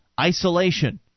isolation